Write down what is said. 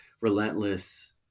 Relentless